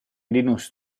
linus